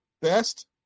Best